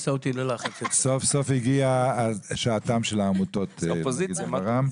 סוף סוף הגיעה שעתן של העמותות להגיד את דברם.